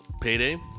payday